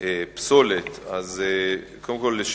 פסולת באתר פיראטי למרות הוראת